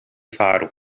faru